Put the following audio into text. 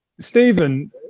Stephen